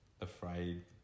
afraid